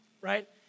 right